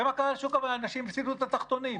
אנשים הפסידו את התחתונים.